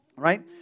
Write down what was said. right